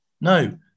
No